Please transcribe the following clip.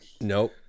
nope